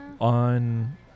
on